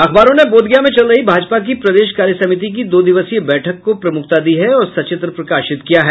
अखबारों ने बोधगया में चल रही भाजपा की प्रदेश कार्यसमिति की दो दिवसीय बैठक को प्रमुखता दी है और सचित्र प्रकाशित किया है